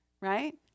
right